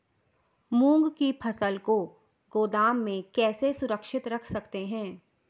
मूंग की फसल को गोदाम में कैसे सुरक्षित रख सकते हैं?